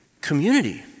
community